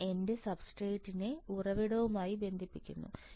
ഞാൻ എന്റെ സബ്സ്ട്രേറ്റിനെ ഉറവിടവുമായി ബന്ധിപ്പിക്കുന്നു